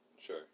Sure